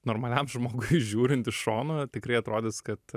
normaliam žmogui žiūrint iš šono tikrai atrodys kad